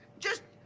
just,